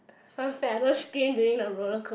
one fella scream during the roller coast~